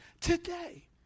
today